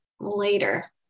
later